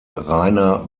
rainer